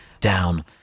down